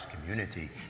community